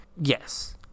Yes